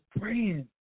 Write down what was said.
praying